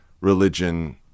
religion